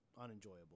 unenjoyable